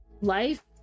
life